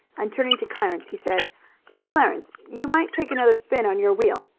and turning to clarence he said clarence, you might take another spin on your wheel.